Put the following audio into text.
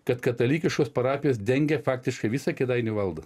kad katalikiškos parapijos dengia faktiškai visą kėdainių valdą